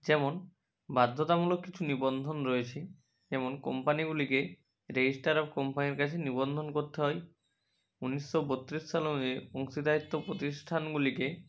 যেমন বাধ্যতামূলক কিছু নিবন্ধন রয়েছে যেমন কোম্পানিগুলিকে রেজিস্ট্রার অফ কোম্পানির কাছে নিবন্ধন করতে হয় উনিশশো বত্রিশ সাল অনুযায়ী অংশীদারিত্ব প্রতিষ্ঠানগুলিকে